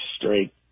straight